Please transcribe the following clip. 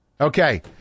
Okay